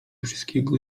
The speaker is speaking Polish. wszystkiego